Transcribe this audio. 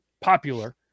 popular